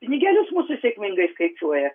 pinigėlius mūsų sėkmingai skaičiuoja